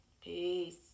peace